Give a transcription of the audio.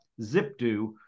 Zipdo